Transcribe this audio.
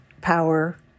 power